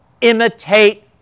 imitate